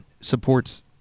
supports